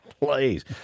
Please